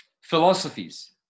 philosophies